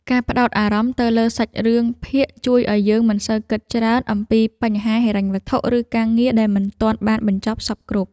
ការផ្ដោតអារម្មណ៍ទៅលើសាច់រឿងភាគជួយឱ្យយើងមិនសូវគិតច្រើនអំពីបញ្ហាហិរញ្ញវត្ថុឬការងារដែលមិនទាន់បានបញ្ចប់សព្វគ្រប់។